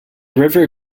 river